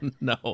no